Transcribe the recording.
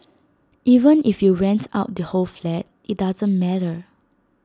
even if you rent out the whole flat IT doesn't matter